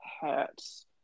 hurts